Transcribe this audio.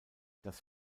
das